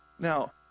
Now